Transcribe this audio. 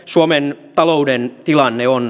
suomen talouden tilanne on